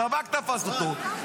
השב"כ תפס אותו,